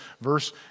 verse